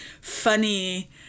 funny